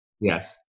Yes